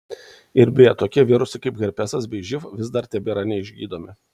ir beje tokie virusai kaip herpesas bei živ vis dar tebėra neišgydomi